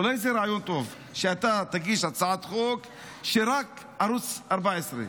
אולי זה רעיון טוב שאתה תגיש הצעת חוק שרק ערוץ 14?